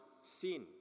sin